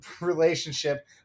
relationship